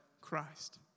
Christ